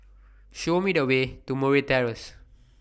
Show Me The Way to Murray Terrace